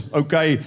okay